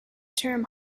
term